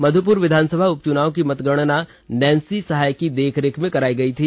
मधुपुर विधानसभा उपचुनाव की मतगणना नैंसी की देखरेख में कराई गई थी